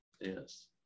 yes